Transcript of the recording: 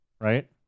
right